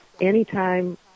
anytime